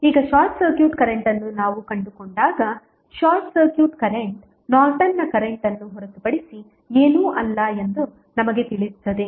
ಈಗ short circuit current ಅನ್ನು ನಾವು ಕಂಡುಕೊಂಡಾಗ ಶಾರ್ಟ್ ಸರ್ಕ್ಯೂಟ್ ಕರೆಂಟ್ ನಾರ್ಟನ್ನ ಕರೆಂಟ್ ಅನ್ನು ಹೊರತುಪಡಿಸಿ ಏನೂ ಅಲ್ಲ ಎಂದು ನಮಗೆ ತಿಳಿಯುತ್ತದೆ